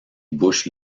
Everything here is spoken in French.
bouche